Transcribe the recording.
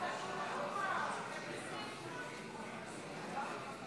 ההצבעה הבאה תהיה אלקטרונית אז